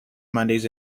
mondays